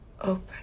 open